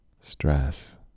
stress